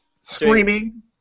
Screaming